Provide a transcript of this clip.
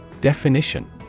Definition